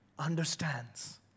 Understands